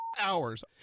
hours